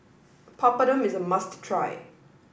Papadum is a must try